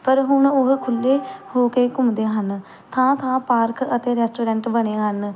ਪਰ ਹੁਣ ਉਹ ਖੁੱਲ੍ਹੇ ਹੋ ਕੇ ਘੁੰਮਦੇ ਹਨ ਥਾਂ ਥਾਂ ਪਾਰਕ ਅਤੇ ਰੈਸਟੋਰੈਂਟ ਬਣੇ ਹਨ